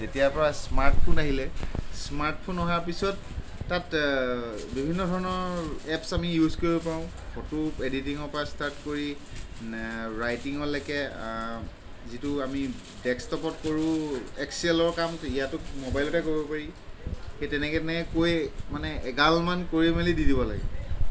যেতিয়াৰপৰা স্মাৰ্টফোন আহিলে স্মাৰ্টফোন অহাৰ পিছত তাত বিভিন্ন ধৰণৰ এপচ আমি ইউজ কৰিব পাৰোঁ ফটো এডিটিঙৰপৰা ষ্টাৰ্ট কৰি ৰাইটিঙলৈকে যিটো আমি ডেস্কটপত কৰোঁ এক্সেলৰ কাম ইয়াতো মবাইলতে কৰিব পাৰি সেই তেনেকৈ তেনেকৈ কৰি মানে এগালমান কৰি মেলি দি দিব লাগে